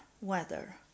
weather